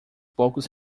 poucos